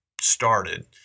started